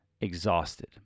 exhausted